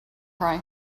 cry